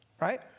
Right